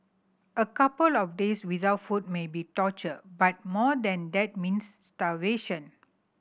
a couple of days without food may be torture but more than that means starvation